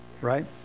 right